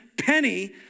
penny